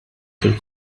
fil